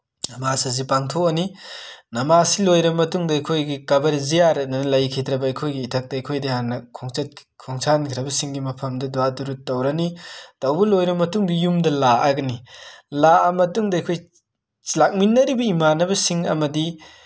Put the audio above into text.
ꯅꯃꯥꯖ ꯑꯁꯤ ꯄꯥꯡꯊꯣꯛꯑꯅꯤ ꯅꯃꯥꯖꯁꯤ ꯂꯣꯏꯔꯕ ꯃꯇꯨꯡꯗ ꯑꯩꯈꯣꯏꯒꯤ ꯀꯕꯔꯖꯤꯌꯥꯠꯅ ꯂꯩꯈꯤꯗ꯭ꯔꯕ ꯑꯩꯈꯣꯏꯒꯤ ꯏꯊꯛꯇ ꯑꯩꯈꯣꯏꯗꯤ ꯍꯥꯟꯅ ꯈꯣꯡꯁꯥꯟꯈ꯭ꯔꯕꯁꯤꯡꯒꯤ ꯃꯐꯝꯗ ꯗꯨꯔꯋꯥꯇꯨꯔꯨꯠ ꯇꯧꯔꯅꯤ ꯇꯧꯕ ꯂꯣꯏꯔꯕ ꯃꯇꯨꯡꯗ ꯌꯨꯝꯗ ꯂꯥꯛꯑꯒꯅꯤ ꯂꯥꯛꯑ ꯃꯇꯨꯡꯗ ꯑꯩꯈꯣꯏ ꯂꯥꯛꯃꯤꯟꯅꯔꯤꯕ ꯏꯃꯥꯟꯅꯕꯁꯤꯡ ꯑꯃꯗꯤ